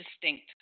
distinct